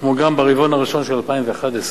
כמו גם ברבעון הראשון של 2011,